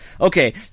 Okay